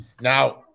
Now